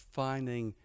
finding